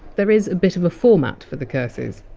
there is a bit of a format for the curses.